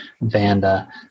Vanda